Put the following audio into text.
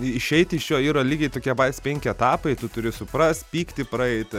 išeiti iš jo yra lygiai tokie patys penki etapai tu turi suprast pyktį praeiti